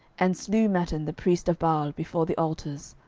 and slew mattan the priest of baal before the altars.